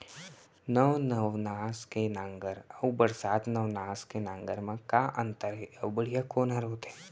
नौ नवनास के नांगर अऊ बरसात नवनास के नांगर मा का अन्तर हे अऊ बढ़िया कोन हर होथे?